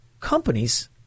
companies